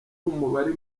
umubare